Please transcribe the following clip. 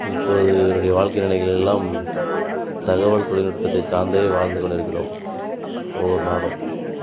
இப்போது என்னுடைய வாழ்க்கை நிலைகள் எல்லாம் தகவல் தொழில்நுட்பத்தை சார்ந்தே வாழ்ந்து கொண்டிருக்கிறோம் ஒவ்வொரு நாளும்